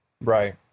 Right